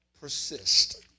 persist